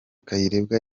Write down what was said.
kayirebwa